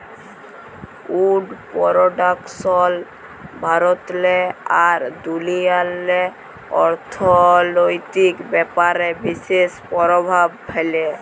would পরডাকশল ভারতেল্লে আর দুনিয়াল্লে অথ্থলৈতিক ব্যাপারে বিশেষ পরভাব ফ্যালে